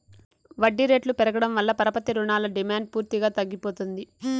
వడ్డీ రేట్లు పెరగడం వల్ల పరపతి రుణాల డిమాండ్ పూర్తిగా తగ్గిపోతుంది